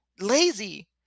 Lazy